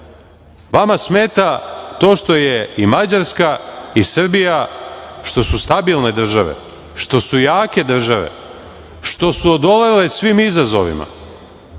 vama smeta to što je i Mađarska i Srbija što su stabilne države, što su jake države, što su odolele svim izazovima,